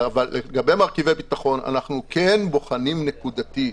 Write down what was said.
לגבי מרכיבי הביטחון, אנחנו כן בוחנים נקודתית.